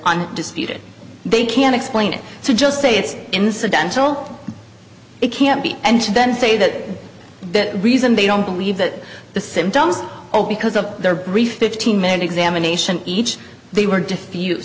on disputed they can explain it so just say it's incidental it can't be and then say that the reason they don't believe that the symptoms or because of their brief fifteen minute examination each they were